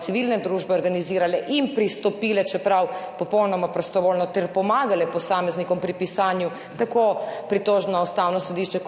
civilne družbe organizirale in pristopile, čeprav popolnoma prostovoljno, ter pomagale posameznikom pri pisanju tako pritožb na Ustavno sodišče kot